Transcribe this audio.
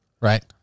Right